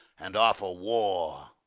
and offer war?